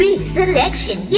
selection